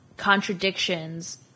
Contradictions